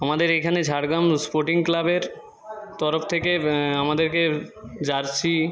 আমাদের এইখানে ঝাড়গ্রাম স্পোর্টিং ক্লাবের তরফ থেকে আমাদেরকে জার্সি